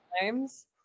times